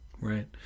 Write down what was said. Right